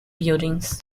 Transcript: buildings